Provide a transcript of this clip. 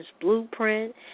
blueprint